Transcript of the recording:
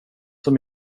som